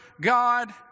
God